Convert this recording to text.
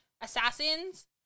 Assassins